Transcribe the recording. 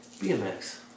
BMX